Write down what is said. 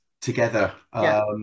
together